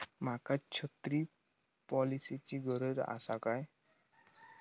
माका छत्री पॉलिसिची गरज आसा काय?